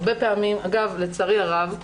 אגב, לצערי הרב,